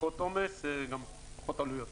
פחות עומס ופחות עלויות.